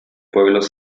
pueblos